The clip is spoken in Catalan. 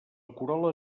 corol·la